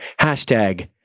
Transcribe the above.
Hashtag